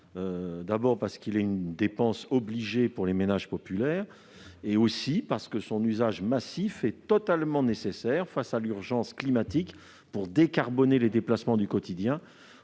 d'abord parce qu'ils constituent une dépense obligée pour les ménages populaires ; ensuite parce que leur usage massif est totalement nécessaire face à l'urgence climatique pour décarboner les déplacements du quotidien